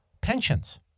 pensions